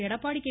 Edappadi K